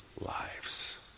lives